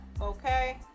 Okay